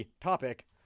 topic